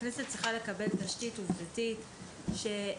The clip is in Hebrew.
הכנסת צריכה לקבל תשתית עובדתית שמאפשרת